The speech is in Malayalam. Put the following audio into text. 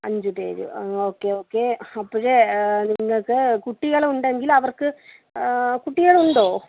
അഞ്ചുപേര് ആ ഓക്കേ ഓക്കേ അപ്പോഴ് നിങ്ങൾക്ക് കുട്ടികളുണ്ടെങ്കിൽ അവർക്ക് കുട്ടികളുണ്ടോ